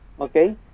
okay